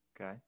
Okay